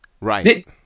Right